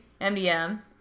MDM